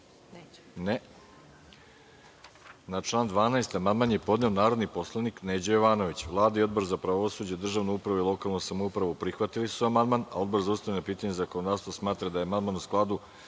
(Ne.)Na član 12. amandman je podneo narodni poslanik Neđo Jovanović. Vlada i Odbor za pravosuđe, državnu upravu i lokalnu samoupravu prihvatili su amandman. Odbor za ustavna pitanja i zakonodavstvo smatra da je amandman u skladu